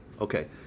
Okay